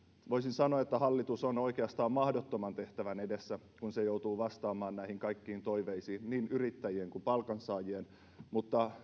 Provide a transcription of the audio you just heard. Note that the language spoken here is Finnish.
voisin sanoa että hallitus on oikeastaan mahdottoman tehtävän edessä kun se joutuu vastaamaan näihin kaikkiin toiveisiin niin yrittäjien kuin palkansaajien mutta